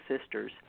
sisters